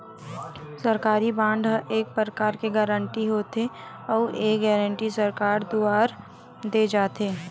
सरकारी बांड ह एक परकार के गारंटी होथे, अउ ये गारंटी सरकार दुवार देय जाथे